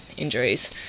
injuries